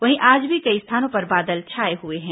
वहीं आज भी कई स्थानों पर बादल छाए हुए हैं